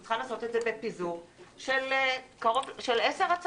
היא צריכה לעשות את זה בפיזור של 10 הצעות.